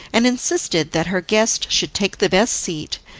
and insisted that her guest should take the best seat,